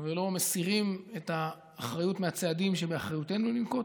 ולא מסירים את האחריות מהצעדים שבאחריותנו לנקוט,